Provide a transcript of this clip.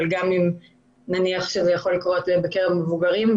אבל גם אם נניח שזה יכול לקרות בקרב מבוגרים,